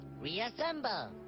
Reassemble